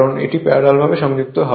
কারণ এটি প্যারালাল ভাবে সংযুক্ত